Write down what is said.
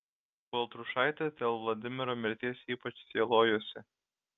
baltrušaitis dėl vladimiro mirties ypač sielojosi